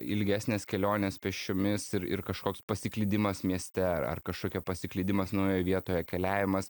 ilgesnės kelionės pėsčiomis ir ir kažkoks pasiklydimas mieste a ar kašokia pasiklydimas naujoje vietoje keliavimas